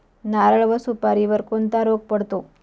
नारळ व सुपारीवर कोणता रोग पडतो?